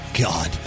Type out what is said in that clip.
God